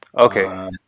Okay